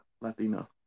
Latino